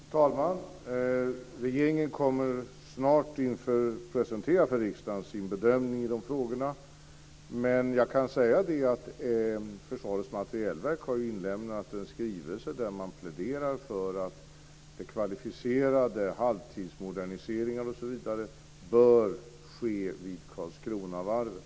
Fru talman! Regeringen kommer snart att presentera inför riksdagen sin bedömning i dessa frågor, men jag kan säga att Försvarets materielverk har inlämnat en skrivelse där man pläderar för att de kvalificerade halvtidsmoderniseringarna osv. bör ske vid Karlskronavarvet.